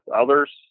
others